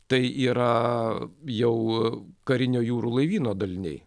tai yra jau karinio jūrų laivyno daliniai